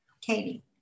Katie